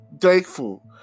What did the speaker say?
Thankful